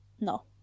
no